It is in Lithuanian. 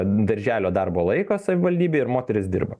darželio darbo laiką savivaldybė ir moteris dirba